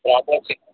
dropouts a